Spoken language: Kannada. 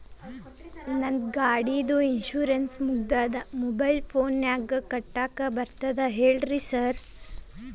ನಂದ್ ಗಾಡಿದು ಇನ್ಶೂರೆನ್ಸ್ ಮುಗಿದದ ಮೊಬೈಲ್ ಫೋನಿನಾಗ್ ಕಟ್ಟಾಕ್ ಬರ್ತದ ಹೇಳ್ರಿ ಸಾರ್?